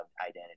identity